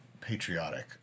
patriotic